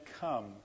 come